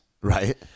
Right